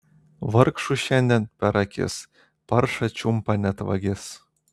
vargšų šiandien per akis paršą čiumpa net vagis